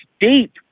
deep